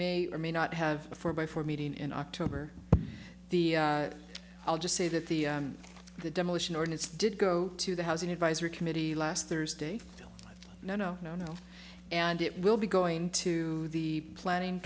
may or may not have a four by four meeting in october i'll just say that the the demolition ordinance did go to the housing advisory committee last thursday no no no no and it will be going to the planning